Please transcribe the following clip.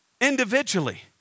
Individually